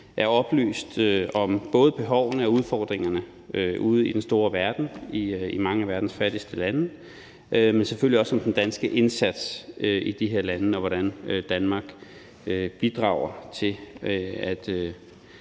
er oplyst om både behovene og udfordringerne ude i den store verden og i mange af verdens fattigste lande, men selvfølgelig også om den danske indsats i de her lande og om, hvordan Danmark bidrager til at